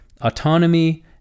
autonomy